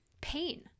pain